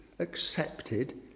accepted